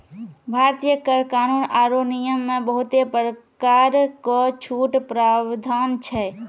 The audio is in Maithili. भारतीय कर कानून आरो नियम मे बहुते परकार रो छूट रो प्रावधान छै